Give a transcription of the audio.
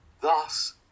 Thus